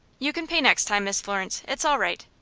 you can pay next time, miss florence. it's all right.